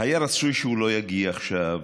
היה רצוי שהוא לא יגיע עכשיו,